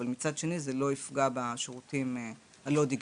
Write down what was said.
מצד שני זה לא יפגע בשירותים הלא דיגיטליים.